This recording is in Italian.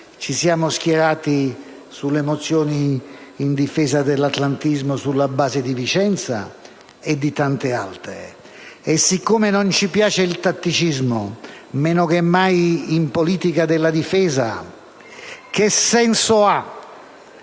ci siamo schierati con le mozioni in difesa dell'atlantismo aventi per oggetto la base americana di Vicenza e su tante altre. E siccome non ci piace il tatticismo, meno che mai in politica della difesa, che senso ha